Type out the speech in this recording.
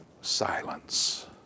silence